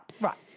Right